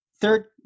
third